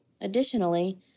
Additionally